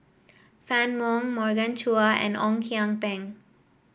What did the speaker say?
Fann Wong Morgan Chua and Ong Kian Peng